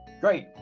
Great